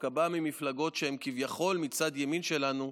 שדווקא בא ממפלגות שהן כביכול מצד ימין שלנו,